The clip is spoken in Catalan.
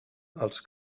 els